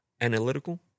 analytical